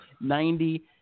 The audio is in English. ninety